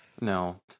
No